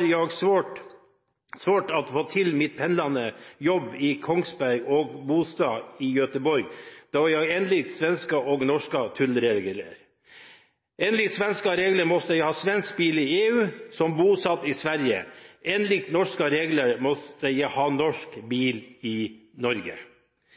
jag svårt att få till mitt pendlande mellan jobb i Kongsberg och bostad i Göteborg då jag enligt svenska og norska tullregler: Enligt svenska regler måste jag ha svensk bil i EU som bosatt i Sverige. Enligt norska regler måste jag ha norsk bil i Norge.